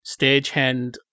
stagehand